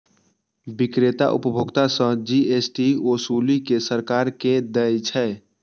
बिक्रेता उपभोक्ता सं जी.एस.टी ओसूलि कें सरकार कें दै छै